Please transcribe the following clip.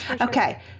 Okay